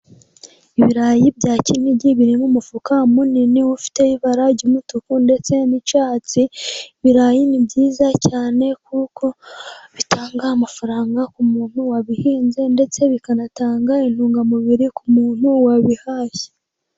Ibirayi bya kinigi biri mu mufuka munini ufite ibara ry'umutuku ndetse n'icyatsi. Ibirayi ni byiza cyane kuko bitanga amafaranga ku muntu wabihinze ndetse bikanatanga intungamubiri ku muntu wabihashye.